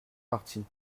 partie